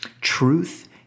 Truth